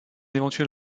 éventuel